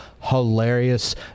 hilarious